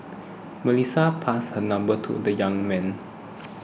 Melissa passed her number to the young man